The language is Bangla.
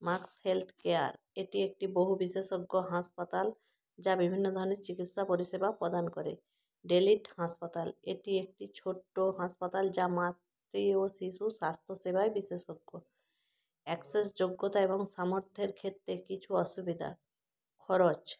ম্যাক্স হেলথ কেয়ার এটি একটি বহু বিশেষজ্ঞ হাসপাতাল যা বিভিন্ন ধরনের চিকিৎসা পরিষেবা প্রদান করে ডে লিট হাসপাতাল এটি একটি ছোট্ট হাসপাতাল যা মাতৃ ও শিশু স্বাস্থ্যসেবায় বিশেষজ্ঞ অ্যাক্সেস যোগ্যতা এবং সামর্থ্যের ক্ষেত্রে কিছু অসুবিধা খরচ